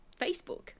Facebook